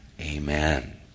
Amen